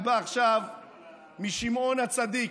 אני בא עכשיו משמעון הצדיק,